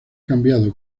cambiado